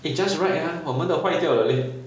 eh just right ah 我们的坏掉了 leh